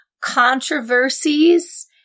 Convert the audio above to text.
controversies